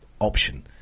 option